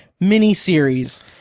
miniseries